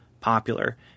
popular